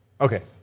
Okay